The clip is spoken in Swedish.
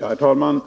Herr talman!